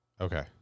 Okay